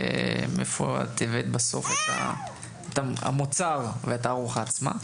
מאיפה את הבאת בסוף את המוצר ואת התערוכה עצמה,